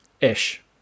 ish